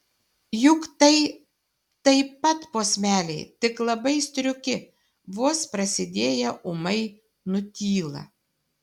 juk tai taip pat posmeliai tik labai striuki vos prasidėję ūmai nutyla